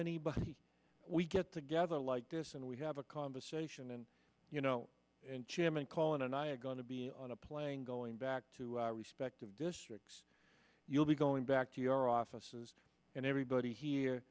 anybody we get together like this and we have a conversation and you know and jim and calling and i a going to be on a plane going back to our respective districts you'll be going back to your offices and everybody here